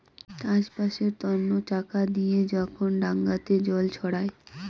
চাষবাসের তন্ন চাকা দিয়ে যখন ডাঙাতে জল ছড়ায়